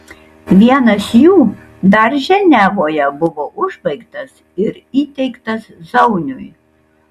vienas jų dar ženevoje buvo užbaigtas ir įteiktas zauniui